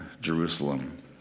Jerusalem